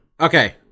Okay